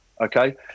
okay